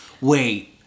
Wait